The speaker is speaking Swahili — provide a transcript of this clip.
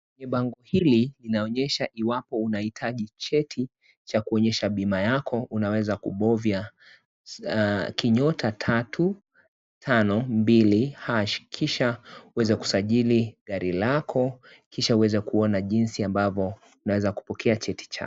Bango hili linaonyesha iwapo unahitaji cheti cha kuonyesha bima yako, Unaweza kubovya *352# kisha uweze kusajili gari lako kisha uweze kuona jinsi ambavyo unaweza kupokea cheti chako.